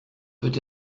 peut